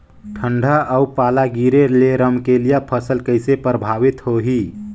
ठंडा अउ पाला गिरे ले रमकलिया फसल कइसे प्रभावित होही?